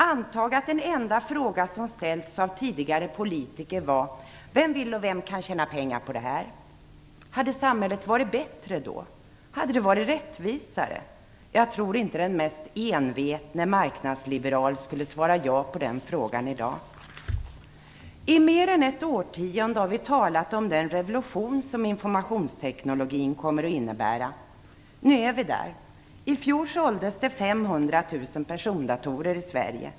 Antag att den enda fråga som ställts av tidigare politiker var: Vem vill och vem kan tjäna pengar på det här? Jag undrar om samhället hade varit bättre då. Hade det varit rättvisare? Jag tror inte att den mest envetne marknadsliberalen skulle svara ja på den frågan i dag. I mer än ett årtionde har vi talat om den revolution som informationsteknologin kommer att innebära. Nu är vi där. I fjol såldes 500 000 persondatorer i Sverige.